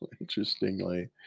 Interestingly